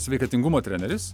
sveikatingumo treneris